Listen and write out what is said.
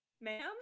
Ma'am